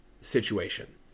situation